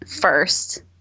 first